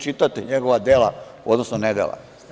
Čitate li njegova dela, odnosno nedela?